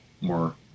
more